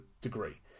degree